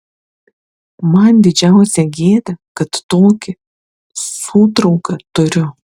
man didžiausia gėda kad tokį sūtrauką turiu